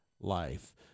life